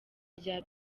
rya